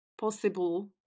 possible